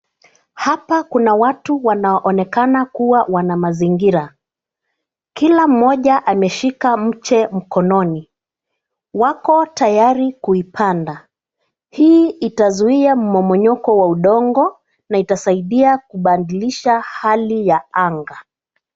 Hapa kuna watu wanaonekana kuwa wanamazingira kila mmoja ameshika mche mkononi. Wako tayari kuipanda. Hii itazuia mmomonyoko wa udongo na itasaidia kubadilisha hali ya anga.